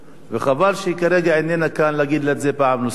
וחבל שהיא כרגע איננה כאן כדי להגיד לה את זה פעם נוספת.